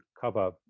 cover